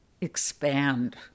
expand